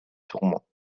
tourments